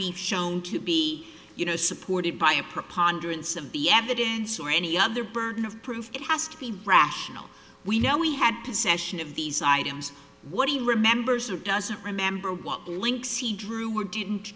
be shown to be you know supported by a preponderance of the evidence or any other burden of proof it has to be rational we know we had possession of these items what he remembers or doesn't remember what links he drew or didn't